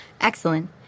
Excellent